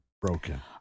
broken